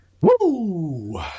Woo